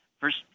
first